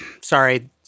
Sorry